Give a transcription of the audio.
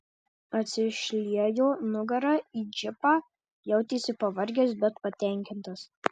atsišliejo nugara į džipą jautėsi pavargęs bet patenkintas